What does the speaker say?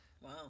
Wow